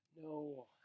No